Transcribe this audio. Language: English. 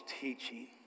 teaching